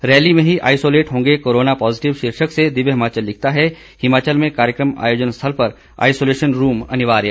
rally में ही isolate होंगे कोरोना पॉजिटिव शीर्षक से दिव्य हिमाचल लिखता है हिमाचल में कार्यक्रम आयोजन स्थल पर आइसोलेशन रूम अनिवार्य